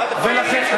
פרלמנט יש למדינה.